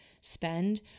spend